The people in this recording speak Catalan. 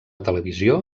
televisió